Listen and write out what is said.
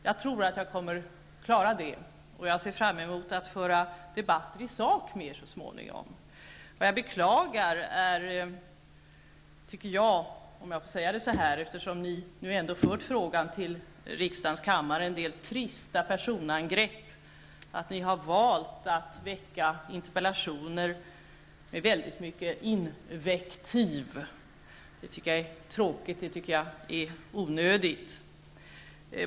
Jag tror att jag kommer att klara det, och jag ser fram emot att så småningom föra debatt med er i sak. Eftersom ni ändå fört frågan till riksdagens kammare, beklagar jag en del trista personangrepp och att ni har valt att framställa interpellationer som innehåller väldigt många invektiv. Det är både tråkigt och onödigt.